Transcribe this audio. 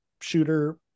shooter